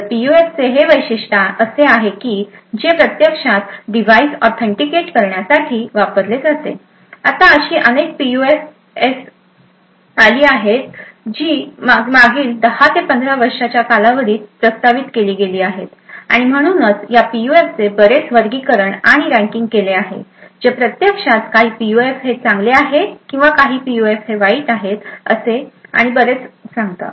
तर पीयूएफचे हे वैशिष्ट असे आहे की जे प्रत्यक्षात डिव्हाइस ऑथेंटिकेट करण्यासाठी वापरले जाते आता अशी अनेक पीयूएफएस आली आहेत जी मागील 10 ते 15 वर्षांच्या कालावधीत प्रस्तावित केली गेली आहेतआणि म्हणूनच या पीयूएफचे बरेच वर्गीकरण आणि रँकिंग केले आहे जे प्रत्यक्षात काही पीयूएफ हे चांगले आहे किंवा काही वाईट पीयूएफ आहेत आणि बरेच असे सांगतात